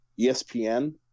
ESPN